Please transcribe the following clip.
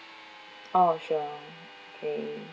oh sure okay